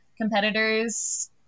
competitors